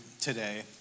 today